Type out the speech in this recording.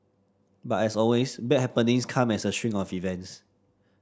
but as always bad happenings come as a string of events